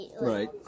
Right